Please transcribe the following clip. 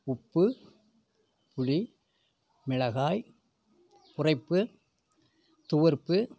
உப்பு புளி மிளகாய் உரைப்பு துவர்ப்பு